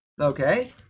okay